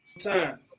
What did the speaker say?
time